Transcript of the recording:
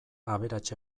aberats